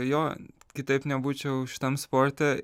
jo kitaip nebūčiau šitam sporte